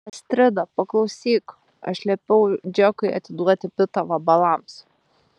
astrida paklausyk aš liepiau džekui atiduoti pitą vabalams